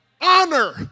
honor